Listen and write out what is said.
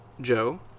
Joe